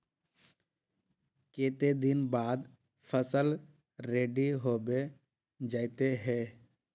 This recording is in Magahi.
केते दिन बाद फसल रेडी होबे जयते है?